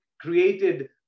created